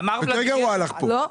אמר ולדימיר --- מיכל,